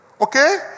Okay